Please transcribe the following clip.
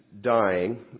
dying